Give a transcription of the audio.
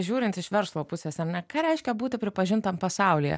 žiūrint iš verslo pusės ar ne ką reiškia būti pripažintam pasaulyje